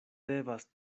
devas